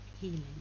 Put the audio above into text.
healing